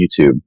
youtube